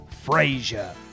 Frazier